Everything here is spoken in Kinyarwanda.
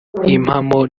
impamo